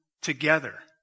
together